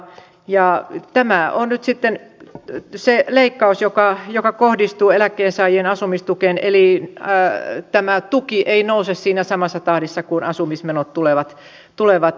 ja tämä on nyt sitten se leikkaus joka kohdistuu eläkkeensaajien asumistukeen eli tämä tuki ei nouse siinä samassa tahdissa kuin asumismenot tulevat nousemaan